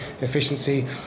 efficiency